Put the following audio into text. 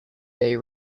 day